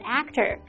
actor